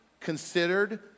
Considered